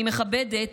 אני מכבדת